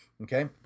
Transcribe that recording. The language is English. Okay